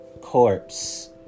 Corpse